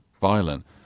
violent